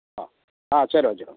ஆ ஆ சரி ஓகேங்க